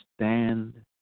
stand